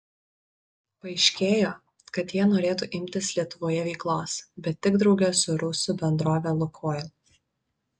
paaiškėjo kad jie norėtų imtis lietuvoje veiklos bet tik drauge su rusų bendrove lukoil